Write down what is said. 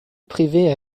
privée